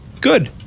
good